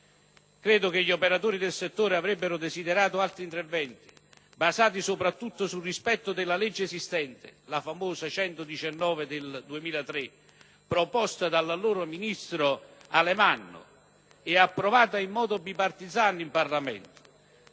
livelli. Gli operatori del settore avrebbero desiderato altri interventi, basati soprattutto sul rispetto della legge esistente, la famosa n. 119 del 2003, proposta dall'allora ministro Alemanno e approvata in modo *bipartisan* in Parlamento.